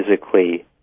physically